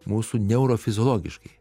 mūsų neurofiziologiškai